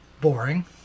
boring